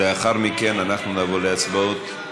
ולאחר מכן אנחנו נעבור להצבעות.